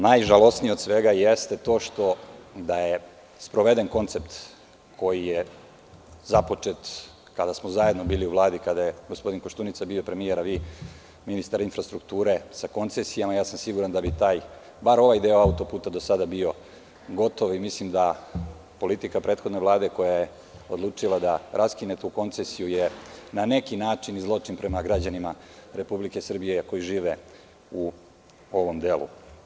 Najžalosnije od svega jeste to što, da je sproveden koncept koji je započet kada smo zajedno bili u Vladi, kada je gospodin Koštunica bio premijer, a vi ministar infrastrukture, sa koncesijama ja sam siguran da bi bar ovaj deo autoputa do sada bio gotov i mislim da politika prethodne Vlade, koja je odlučila da raskine tu koncesiju, je na neki način zločin prema građanima Republike Srbije koji žive u ovom delu.